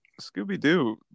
scooby-doo